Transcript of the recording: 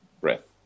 breath